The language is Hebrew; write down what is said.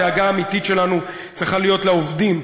הדאגה האמיתית שלנו צריכה להיות לעובדים,